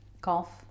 Golf